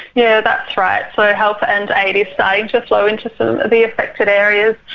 yeah that's right, so help and aid is starting to flow into some of the affected areas.